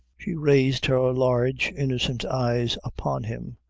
she raised her large innocent eyes upon him,